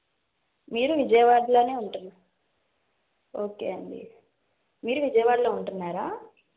మీరు విజయవాడలోనే ఉంటున్న ఓకే అండి మీరు విజయవాడలో ఉంటున్నారా